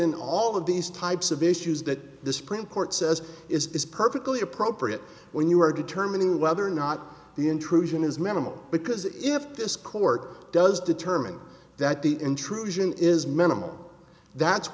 in all of these types of issues that the supreme court says is perfectly appropriate when you are determining whether or not the intrusion is minimal because if this court does determine that the intrusion is minimal that's